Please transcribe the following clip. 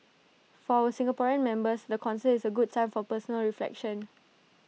for our Singaporean members the concert is A good time for personal reflection